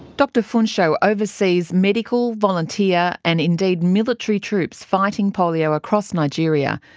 dr funsho oversees medical, volunteer and indeed military troops fighting polio across nigeria,